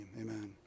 Amen